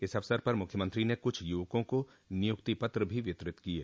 इस अवसर पर मुख्यमंत्री ने कुछ युवकों को नियुक्ति पत्र वितरित किये